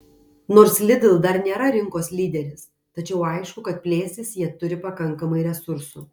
nors lidl dar nėra rinkos lyderis tačiau aišku kad plėstis jie turi pakankamai resursų